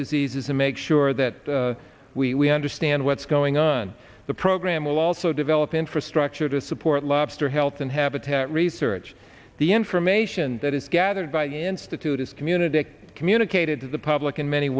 diseases and make sure that we understand what's going on the program will also develop infrastructure to support lobster health and habitat research the information that is gathered by the institute is community communicated to the public in many